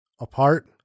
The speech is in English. apart